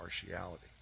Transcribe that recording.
partiality